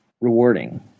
rewarding